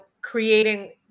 creating